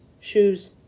shoes